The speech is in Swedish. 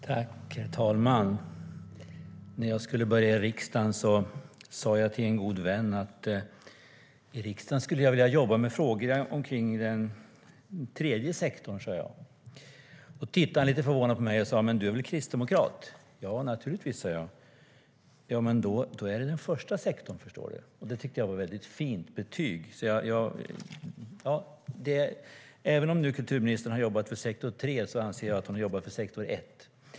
Herr talman! När jag skulle börja i riksdagen sa jag till en god vän att jag i riksdagen skulle vilja jobba med frågor som rör den tredje sektorn. Då tittade han lite förvånat på mig och undrade om jag inte var kristdemokrat. Naturligtvis, sa jag. Då menade han att det var första sektorn. Det tyckte jag var ett fint betyg. Även om kulturministern har jobbat för sektor tre anser jag att hon har jobbat för sektor ett.